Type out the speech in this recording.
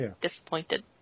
disappointed